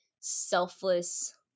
selfless